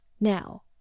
Now